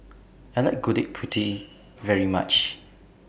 I like Gudeg Putih very much